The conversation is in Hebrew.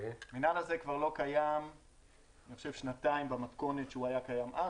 המינהל הזה כבר לא קיים כשנתיים במתכונת שהוא היה קיים אז.